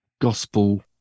gospel